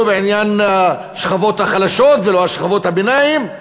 לא בעניין השכבות החלשות ולא שכבות הביניים,